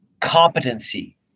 competency